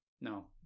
No